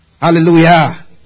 Hallelujah